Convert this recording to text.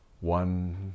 One